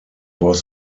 was